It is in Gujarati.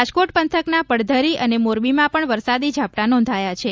રાજકોટ પંથકના પડધરી અને મોરબીમાં પણ વરસાદી ઝાપટાં નોંધાયા છે